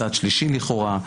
מצד שלישי לכאורה,